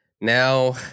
Now